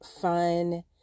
fun